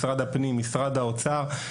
משרד הפנים ומשרד האוצר.